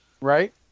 right